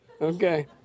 Okay